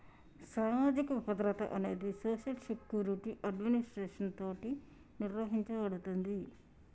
సామాజిక భద్రత అనేది సోషల్ సెక్యురిటి అడ్మినిస్ట్రేషన్ తోటి నిర్వహించబడుతుంది